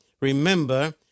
Remember